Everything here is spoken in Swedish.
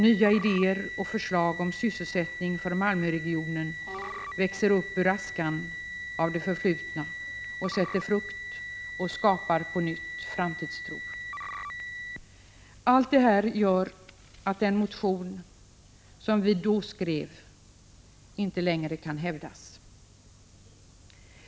Nya idéer och förslag om sysselsättning i Malmöregionen växer upp ur askan av det förflutna, sätter frukt och skapar på nytt framtidstro. Allt detta gör att den motion som vi då skrev inte längre kan hävdas.